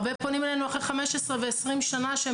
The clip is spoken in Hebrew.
הרבה פונים אלינו אחרי 15 או 20 שנים כשהם